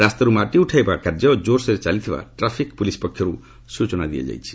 ରାସ୍ତାରୁ ମାଟି ଉଠାଇବା କାର୍ଯ୍ୟ ଜୋରସୋରରେ ଚାଲିଥିବା ଟ୍ରାଫିକ୍ ପୁଲିସ୍ ପକ୍ଷରୁ ସୂଚନା ଦିଆଯାଇଛି